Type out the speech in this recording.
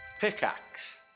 Pickaxe